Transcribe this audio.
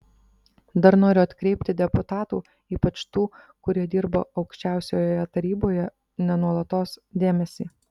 dar noriu atkreipti deputatų ypač tų kurie dirba aukščiausiojoje taryboje ne nuolatos dėmesį